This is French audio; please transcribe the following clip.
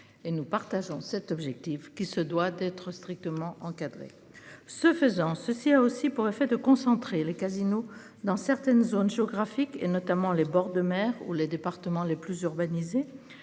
et nous partageons cet objectif qui se doit d'être strictement encadrée. Ce faisant, ceci a aussi pour effet de concentrer les casinos dans certaines zones géographiques et notamment les bords de mer ou les départements les plus urbanisés